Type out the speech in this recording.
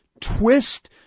twist